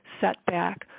setback